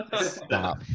Stop